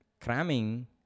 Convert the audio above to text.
cramming